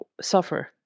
suffer